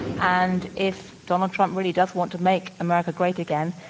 and if donald trump really does want to make america great again,